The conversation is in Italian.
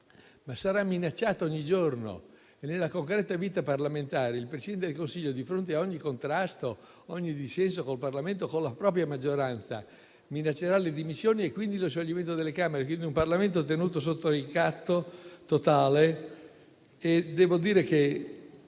ma sarà minacciato ogni giorno. Nella concreta vita parlamentare il Presidente del Consiglio, di fronte a ogni contrasto, a ogni dissenso col Parlamento o con la propria maggioranza, minaccerà le dimissioni e quindi lo scioglimento delle Camere. Si avrà, quindi, un Parlamento tenuto sotto ricatto totale. Devo dire che